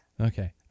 Okay